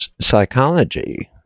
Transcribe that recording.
psychology